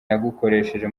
yagukoresheje